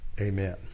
Amen